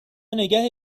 نگه